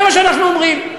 זה מה שאנחנו אומרים.